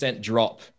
drop